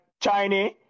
Chinese